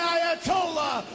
Ayatollah